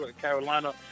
Carolina